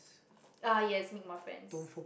ah yes make more friends